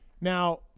Now